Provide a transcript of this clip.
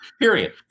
period